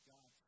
God